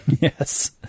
Yes